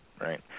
right